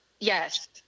yes